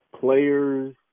Players